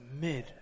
mid